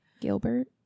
gilbert